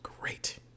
great